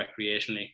recreationally